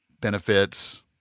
benefits